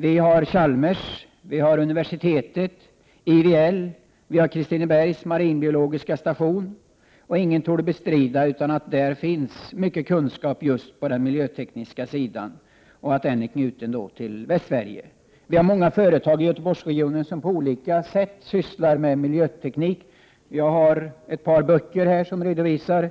Vi har Chalmers, universitetet, IVL och Kristinebergs marinbiologiska station. Ingen torde bestrida att det finns mycken kunskap på den miljötekniska sidan knuten till Västsverige. Vi har många företag i Göteborgsregionen som på olika sätt sysslar med miljöteknik. Jag har här ett par böcker som redovisar